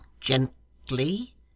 gently